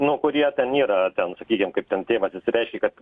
nu kurie ten yra ten sakykim kaip ten tėvas išsireiškė kad